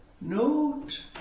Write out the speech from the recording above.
Note